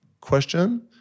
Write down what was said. question